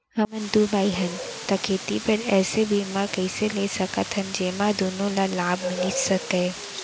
हमन दू भाई हन ता खेती बर ऐसे बीमा कइसे ले सकत हन जेमा दूनो ला लाभ मिलिस सकए?